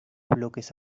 bloques